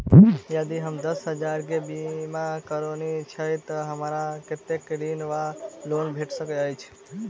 यदि हम दस हजार केँ बीमा करौने छीयै तऽ हमरा कत्तेक ऋण वा लोन भेट सकैत अछि?